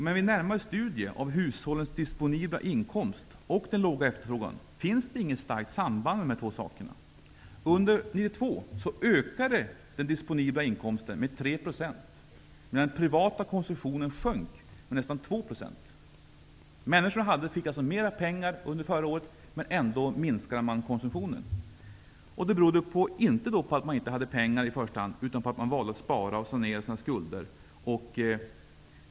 Men en närmare studie av hushållens disponibla inkomst och den låga efterfrågan visar att det inte finns något starkt samband mellan dessa. Under 1992 ökade den disponibla inkomsten med 3 % medan den privata konsumtionen sjönk med nästan 2 %. Människor fick alltså mer pengar under förra året. Ändå minskade konsumtionen. Detta berodde alltså inte i första hand på att de inte hade pengar utan på att de valde att spara och sanera sina skulder.